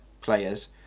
players